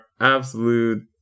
absolute